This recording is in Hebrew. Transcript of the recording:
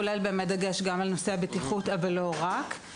כולל דגש על נושא הבטיחות אבל לא רק.